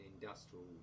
industrial